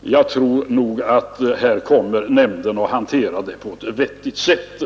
Jag tror att nämnden kommer att hantera det hela på ett vettigt sätt.